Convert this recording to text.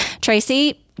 Tracy